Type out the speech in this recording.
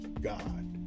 God